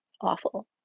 awful